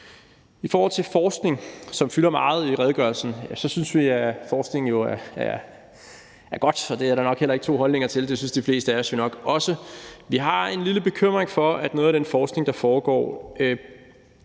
I forhold til forskning, som fylder meget i afgørelsen, synes vi jo, at forskning er godt, og det er der nok heller ikke to holdninger til; det synes de fleste jo nok også. Vi har en lille bekymring for, om den forskning, der foregår,